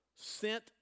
sent